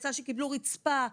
יצא שקיבלו רצפה,